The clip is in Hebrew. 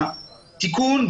התיקון,